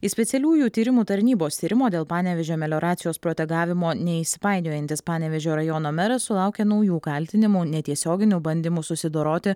į specialiųjų tyrimų tarnybos tyrimo dėl panevėžio melioracijos protegavimo neįsipainiojantis panevėžio rajono meras sulaukė naujų kaltinimų netiesioginiu bandymų susidoroti